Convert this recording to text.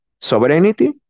sovereignty